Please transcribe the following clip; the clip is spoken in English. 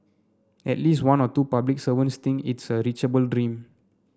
at least one or two public servants think it's a reachable dream